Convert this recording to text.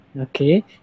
okay